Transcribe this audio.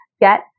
get